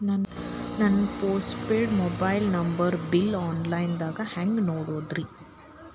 ನನ್ನ postpaid mobile number bill, online ದಾಗ ಹ್ಯಾಂಗ್ ನೋಡೋದ್ರಿ?